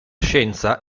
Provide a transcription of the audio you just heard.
scienza